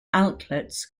outlets